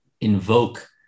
invoke